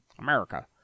America